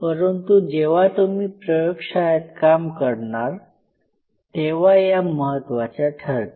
परंतु जेव्हा तुम्ही प्रयोगशाळेत काम करणार तेव्हा या महत्वाच्या ठरतील